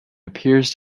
appears